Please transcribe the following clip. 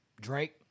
Drake